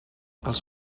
els